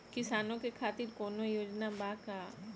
किसानों के खातिर कौनो योजना बा का?